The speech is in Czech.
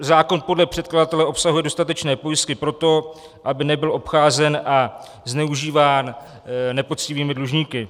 Zákon podle předkladatele obsahuje dostatečné pojistky pro to, aby nebyl obcházen a zneužíván nepoctivými dlužníky.